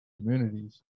communities